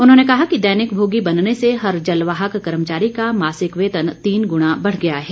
उन्होंने कहा कि दैनिकभोगी बनने से हर जलवाहक कर्मचारी का मासिक वेतन तीन गुणा बढ़ गया है